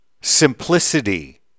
simplicity